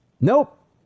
Nope